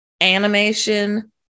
animation